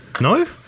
No